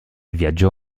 viaggiò